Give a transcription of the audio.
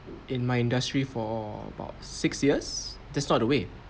in my industry for about six years that's not the way